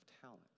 talent